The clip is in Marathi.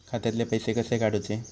खात्यातले पैसे कसे काडूचे?